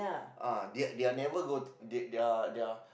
uh they they are never go to they they are